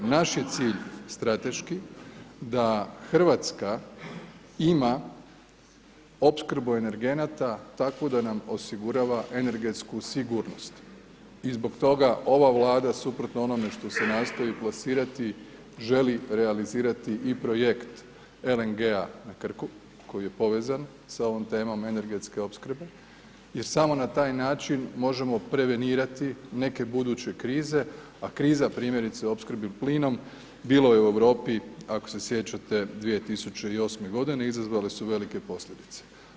Naš je cilj strateški da RH ima opskrbu energenata takvu da nam osigurava energetsku sigurnost i zbog toga ova Vlada, suprotno onome što se nastoji plasirati, želi realizirati i projekt LNG-a na Krku koji je povezan sa ovom temom energetske opskrbe jer samo na taj način možemo prevenirati neke buduće krize, a kriza primjerice u opskrbi plinom, bilo je u Europi, ako se sjećate 2008.g., izazvale su velike posljedice.